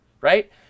right